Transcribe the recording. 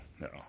no